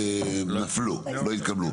נפלו, לא התקבלו.